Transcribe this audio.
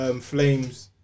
Flames